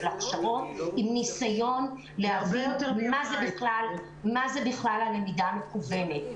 הכשרות עם ניסיון להבין מה זה בכלל למידה מקוונת.